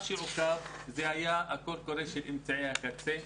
מה שעוכב היה הקול קורא של אמצעי הקצה.